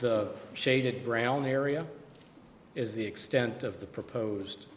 the shaded brown area is the extent of the proposed